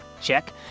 Check